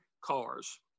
cars